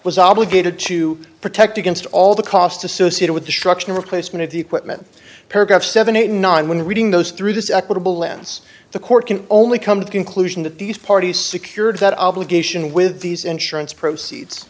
was obligated to protect against all the costs associated with destruction replacement of the equipment paragraph seven eight nine when reading those through this equitable lens the court can only come to the conclusion that these parties secured that obligation with these insurance proceeds